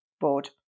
board